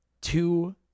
two